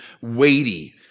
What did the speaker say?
weighty